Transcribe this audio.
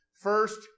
First